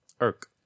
Irk